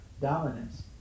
dominance